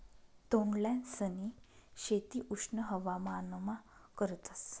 तोंडल्यांसनी शेती उष्ण हवामानमा करतस